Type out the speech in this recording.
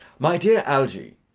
my dear algy,